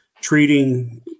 treating